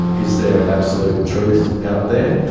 is there an absolute truth out there?